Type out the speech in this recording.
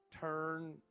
turn